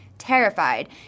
terrified